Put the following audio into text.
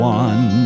one